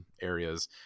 areas